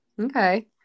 okay